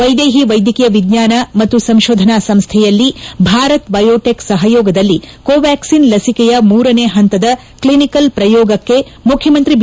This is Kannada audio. ವೈದೇಹಿ ವೈದ್ಯಕೀಯ ವಿಜ್ಙಾನ ಮತ್ತು ಸಂಶೋಧನಾ ಸಂಶ್ವೆಯಲ್ಲಿ ಭಾರತ್ ಬಯೋಟೆಕ್ ಸಪಯೋಗದಲ್ಲಿ ಕೊವ್ಹಾಟಿನ್ ಲಸಿಕೆಯ ಮೂರನೇ ಹಂತದ ಕ್ಷಿನಿಕಲ್ ಪ್ರಯೋಗಕ್ಷೆ ಮುಖ್ಯಮಂತ್ರಿ ಬಿ